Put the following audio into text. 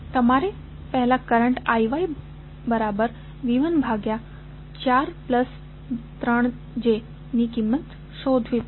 તમારે પહેલા કરંટIYV14j3 ની કિંમત શોધવી પડશે